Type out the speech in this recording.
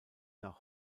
nach